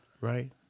right